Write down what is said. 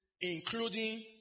including